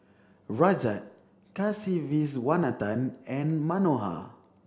Rajat Kasiviswanathan and Manohar